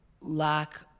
lack